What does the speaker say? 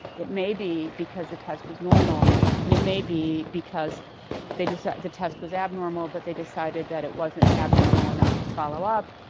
it may be because the test was normal and it may be because they the test was abnormal but they decided that it wasn't abnormal enough to follow up,